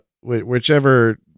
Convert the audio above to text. whichever